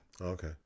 Okay